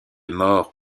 mort